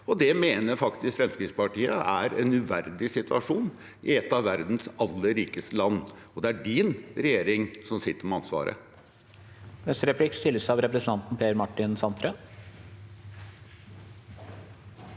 Det mener faktisk Fremskrittspartiet er en uverdig situasjon i et av verdens aller rikeste land, og det er Mørlands regjering som sitter med ansvaret.